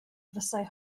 fuasai